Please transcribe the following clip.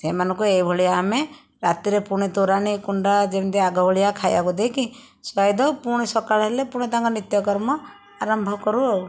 ସେମାନଙ୍କୁ ଏଇଭଳିଆ ଆମେ ରାତିରେ ପୁଣି ତୋରାଣି କୁଣ୍ଡା ଯେମିତି ଆଗଭଳିଆ ଖାଇବାକୁ ଦେଇକି ଶୁଆଇ ଦେଉ ପୁଣି ସକାଳ ହେଲେ ପୁଣି ତାଙ୍କ ନିତ୍ୟକର୍ମ ଆରମ୍ଭ କରୁ ଆଉ